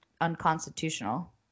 unconstitutional